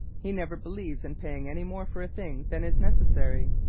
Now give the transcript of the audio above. he never believes in paying any more for a thing than is necessary.